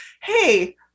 Hey